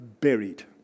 buried